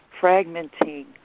fragmenting